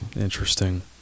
Interesting